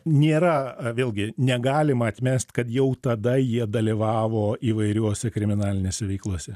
nėra vėlgi negalima atmest kad jau tada jie dalyvavo įvairiuose kriminalinėse veiklose